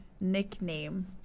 nickname